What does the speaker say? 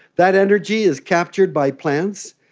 that energy is captured by plants,